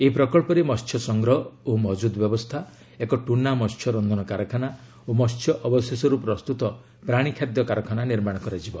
ଏହି ପ୍ରକଚ୍ଚରେ ମହ୍ୟ ସଂଗ୍ରହ ଓ ମହଜୁଦ୍ ବ୍ୟବସ୍ଥା ଏକ 'ଟୁନା' ମହ୍ୟ ରନ୍ଧନ କାରଖାନା ଓ ମହ୍ୟ ଅବଶେଷରୁ ପ୍ରସ୍ତୁତ ପ୍ରାଣୀ ଖାଦ୍ୟ କାରଖାନା ନିର୍ମାଣ କରାଯିବ